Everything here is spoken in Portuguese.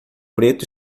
preto